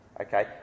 Okay